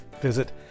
Visit